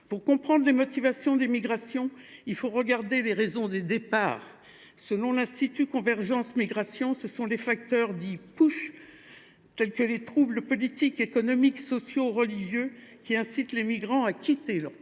Pour comprendre les motivations des migrations, il faut regarder les raisons des départs. Selon l’Institut convergences migrations, ce sont les facteurs dits , tels que les troubles politiques, économiques, sociaux ou religieux, qui incitent les migrants à quitter leur